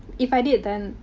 if i did, then,